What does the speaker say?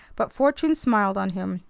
but fortune smiled on him.